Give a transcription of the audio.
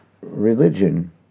Religion